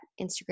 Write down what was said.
Instagram